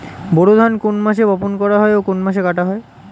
বোরো ধান কোন মাসে বপন করা হয় ও কোন মাসে কাটা হয়?